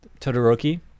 Todoroki